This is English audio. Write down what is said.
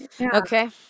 Okay